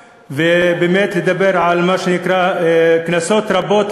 ובאמת לדבר על מה שנקרא קנסות רבים,